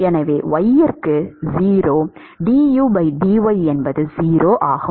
எனவே y க்கு 0 d u d y என்பது 0 ஆகும்